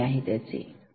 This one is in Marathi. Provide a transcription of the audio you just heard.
काय झाले आहे त्याचे